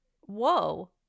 Whoa